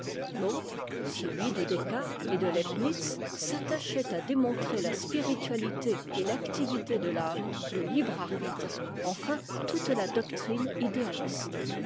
l'autre celui de descartes et de leibnitz s'attachait à démontrer la spiritualité et t'activité de l'âme le libre arbitre enfin toute la doctrine idéaliste